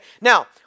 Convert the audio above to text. Now